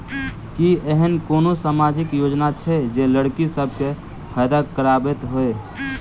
की एहेन कोनो सामाजिक योजना छै जे लड़की सब केँ फैदा कराबैत होइ?